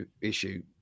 issue